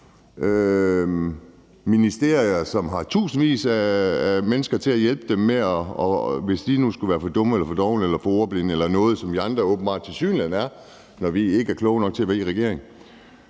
Ministerier har tusindvis af mennesker til at hjælpe sig, hvis de nu skulle være for dumme, for dovne eller for ordblinde eller noget, som vi andre tilsyneladende er, når vi ikke er kloge nok til at være i regering,